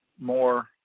more